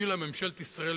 הפילה ממשלת ישראל,